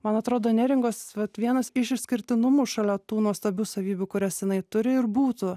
man atrodo neringos vat vienas iš išskirtinumų šalia tų nuostabių savybių kurias jinai turi ir būtų